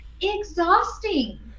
exhausting